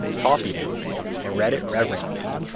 copied it and read it reverently.